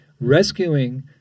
rescuing